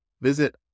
Visit